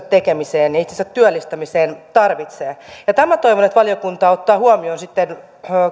tekemiseen ja itsensä työllistämiseen tarvitsee ja tämän toivon että valiokunta ottaa huomioon sitten